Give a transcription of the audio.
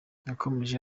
yakomeje